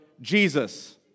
Jesus